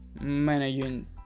managing